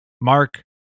Mark